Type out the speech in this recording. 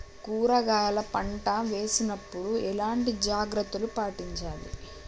కూరగాయల పంట వేసినప్పుడు ఎలాంటి జాగ్రత్తలు పాటించాలి?